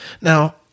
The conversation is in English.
Now